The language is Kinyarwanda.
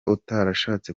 utarashatse